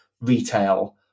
retail